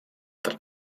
dal